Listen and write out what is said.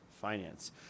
finance